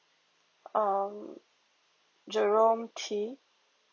um jerome tee